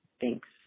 Thanks